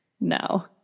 No